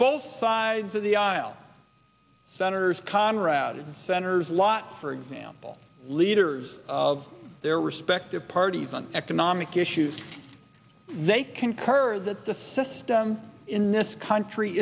both sides of the aisle senators conrad centers lot for example leaders of their respective parties on economic issues they concur that the system in this country